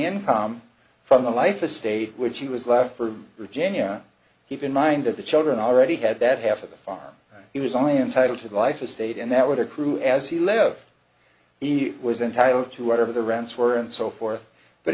income from the life estate which he was left for through january keep in mind that the children already had that half of the farm he was only entitled to the life estate and that would accrue as he lived he was entitled to whatever the rents were and so forth but